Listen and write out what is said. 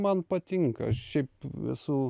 man patinka šiaip esu